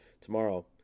tomorrow